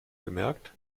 bemerkt